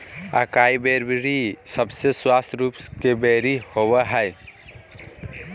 acai berry सबसे स्वस्थ रूप के बेरी होबय हइ